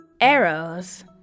Arrows